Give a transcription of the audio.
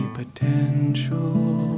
potential